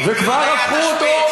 וכבר הפכו אותו,